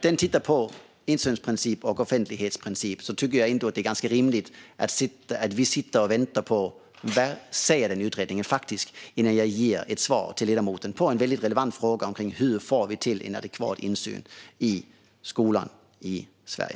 Den tittar på insynsprincipen och offentlighetsprincipen. Jag tycker att det är ganska rimligt att vi väntar på vad den säger innan jag ger ledamoten ett svar på en mycket relevant fråga om hur vi får adekvat insyn i skolan i Sverige.